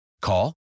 Call